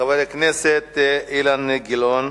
חבר הכנסת אילן גילאון,